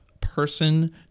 person